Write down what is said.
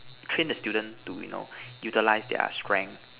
train to student to you know utilise their strength